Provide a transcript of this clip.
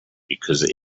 because